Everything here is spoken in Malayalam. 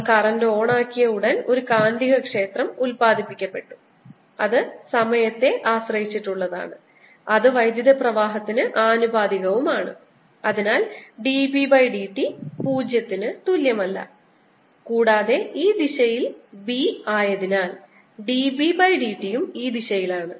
നമ്മൾ കറന്റ് ഓണാക്കിയ ഉടൻ ഒരു കാന്തികക്ഷേത്രം ഉത്പാദിപ്പിക്കപ്പെട്ടു അത് സമയത്തെ ആശ്രയിച്ചുള്ളതാണ് അത് വൈദ്യുതപ്രവാഹത്തിന് ആനുപാതികമാണ് അതിനാൽ dB by dt 0 ന് തുല്യമല്ല കൂടാതെ B ഈ ദിശയിലായതിനാൽ dB by dt യും ഈ ദിശയിലാണ്